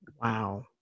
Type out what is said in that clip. Wow